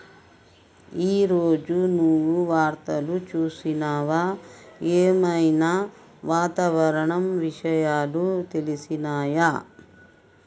ఈ రోజు నువ్వు వార్తలు చూసినవా? ఏం ఐనా వాతావరణ విషయాలు తెలిసినయా?